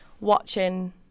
watching